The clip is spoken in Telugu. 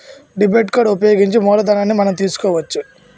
డెబిట్ కార్డు ఉపయోగించి మూలధనాన్ని మనం తీసుకోవచ్చు